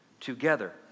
together